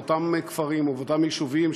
באותם כפרים ובאותם יישובים,